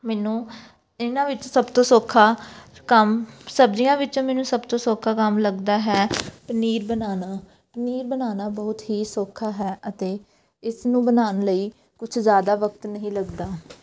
ਮੈਨੂੰ ਇਹਨਾਂ ਵਿੱਚ ਸਭ ਤੋਂ ਸੌਖਾ ਕੰਮ ਸਬਜ਼ੀਆਂ ਵਿੱਚੋਂ ਮੈਨੂੰ ਸਭ ਤੋਂ ਸੌਖਾ ਕੰਮ ਲੱਗਦਾ ਹੈ ਪਨੀਰ ਬਣਾਉਣਾ ਪਨੀਰ ਬਣਾਉਣਾ ਬਹੁਤ ਹੀ ਸੌਖਾ ਹੈ ਅਤੇ ਇਸ ਨੂੰ ਬਣਾਉਣ ਲਈ ਕੁਝ ਜ਼ਿਆਦਾ ਵਕਤ ਨਹੀਂ ਲੱਗਦਾ